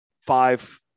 five